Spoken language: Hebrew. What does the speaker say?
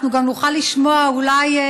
אני חושבת שנוכל גם לשמוע מהשרה,